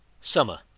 Summer